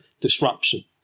disruption